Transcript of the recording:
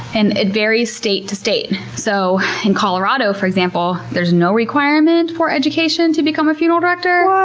and it varies state to state. so in colorado, for example, there's no requirement for education to become a funeral director.